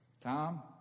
Tom